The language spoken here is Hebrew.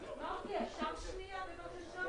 כל היתר חדש שיקבל מעתה והלאה יהיה מחויב ללול חופש.